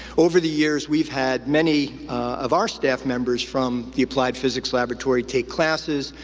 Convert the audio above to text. over the years, we've had many of our staff members from the applied physics laboratory take classes,